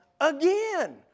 again